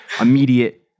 immediate